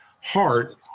heart—